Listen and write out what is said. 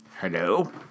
Hello